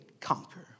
conquer